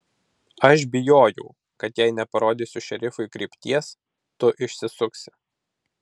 aš bijojau kad jei neparodysiu šerifui krypties tu išsisuksi